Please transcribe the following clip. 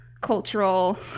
cultural